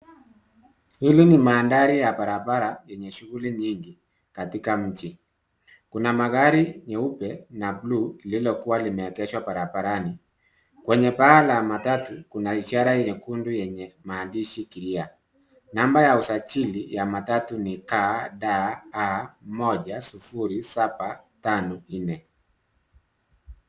Hili ni mandhari ya barabara yenye shughuli nyingi, katika mji. Kuna magari nyeupe na blue , lililokua limeegeshwa barabarani. Kwenye paa la matatu, kuna ishara nyekundu yenye maandishi, Kiria. Namba ya usajili ya matatu ni KDA 10754.